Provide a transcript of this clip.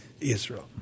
Israel